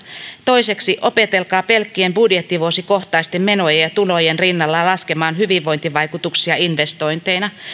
toiseksi opetelkaa pelkkien budjettivuosikohtaisten menojen ja tulojen rinnalla laskemaan hyvinvointivaikutuksia investointeina